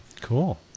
Cool